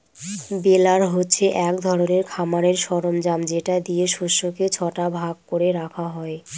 বেলার হচ্ছে এক ধরনের খামারের সরঞ্জাম যেটা দিয়ে শস্যকে ছটা ভাগ করে রাখা হয়